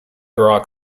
rock